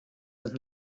sind